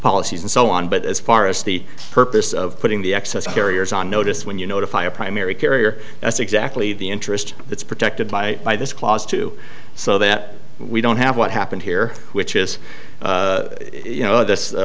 policies and so on but as far as the purpose of putting the excess carriers on notice when you notify a primary carrier that's exactly the interest that's protected by by this clause too so that we don't have what happened here which is you know this